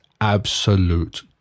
absolute